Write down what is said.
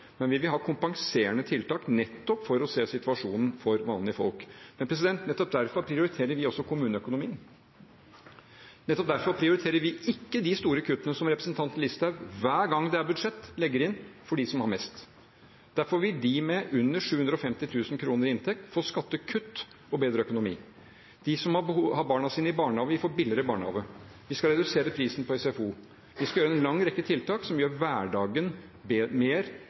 men vi vil ha kompenserende tiltak, nettopp for å se situasjonen for vanlige folk. Nettopp derfor prioriterer vi kommuneøkonomien. Nettopp derfor prioriterer vi ikke de store kuttene som representanten Listhaug hver gang det er budsjett, legger inn for dem som har mest. Derfor vil de med under 750 000 kr i inntekt få skattekutt og bedre økonomi. De som har barna sine i barnehagen, vil få billigere barnehage. Vi skal redusere prisen på SFO. Vi skal sette inn en lang rekke tiltak som skal gjøre hverdagen mer